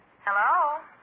Hello